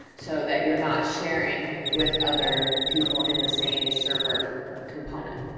so that you're not sharing with other people in the same server component